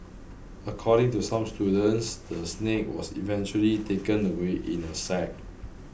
according to some students the snake was eventually taken away in a sack